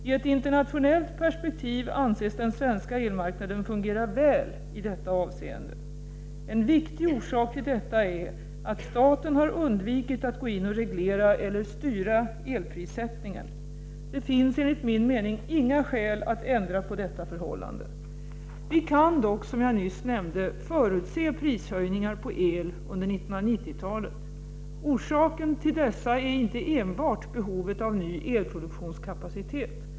I ett internationellt perspektiv anses den svenska elmarknaden fungera väl i detta avseende. En viktig orsak till detta är att staten har undvikit att gå in och reglera eller styra elprissättningen. Det finns enligt min mening inga skäl att ändra på detta förhållande. Vi kan dock — som jag nyss nämnde — förutse prishöjningar på el under 1990-talet. Orsaken till dessa är inte enbart behovet av ny elproduktionskapacitet.